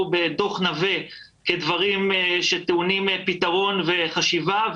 בדוח נווה כדברים שטעונים פתרון וחשיבה.